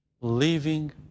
living